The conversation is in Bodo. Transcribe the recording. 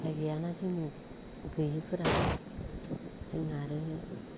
उफाय गैयाना जोंनि गैयैफोरा जोंहा आरो